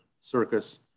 Circus